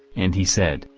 and he said,